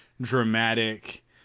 dramatic